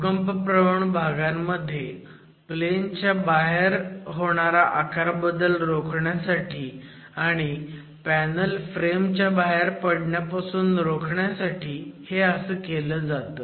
भूकंपप्रवण भागांमध्ये प्लेन च्या बाहेर होणारा आकारबदल रोखण्यासाठी आणि पॅनल फ्रेम च्या बाहेर पडण्यापासून रोखण्यासाठी हे असं केलं जातं